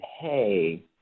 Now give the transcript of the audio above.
hey